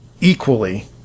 equally